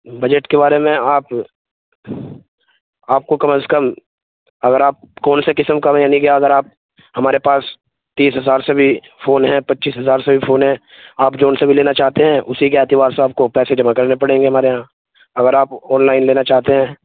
budget کے بارے میں آپ آپ کو کم از کم اگر آپ کون سے قسم کا یعنی اگر آپ ہمارے پاس تیس ہزار سے بھی فون ہیں پچیس ہزار سے بھی فون ہیں آپ جو سا بھی لینا چاہتے ہیں اسی کے اعتبار سے آپ کو پیسے جمع کرنے پڑیں گے ہمارے یہاں اگر آپ آن لائن لینا چاہتے ہیں